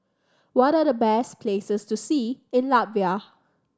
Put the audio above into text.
what are the best places to see in Latvia